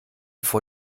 vor